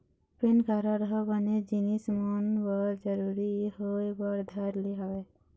PAN card ह बनेच जिनिस मन बर जरुरी होय बर धर ले हवय